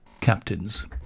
Captains